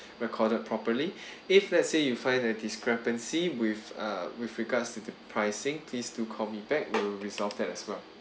recorded properly if let's say you find a discrepancy with uh with regards to the pricing please do call me back we'll resolve that as well